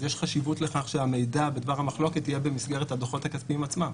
יש חשיבות לכך שהמידע בדבר המחלוקת במסגרת הדוחות הכספיים עצמם.